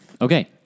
Okay